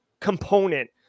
component